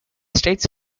states